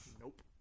Nope